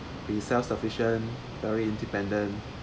pretty self sufficient very independent